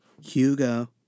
Hugo